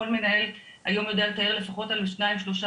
כל מנהל היום יודע לתאר לפחות על שניים שלושה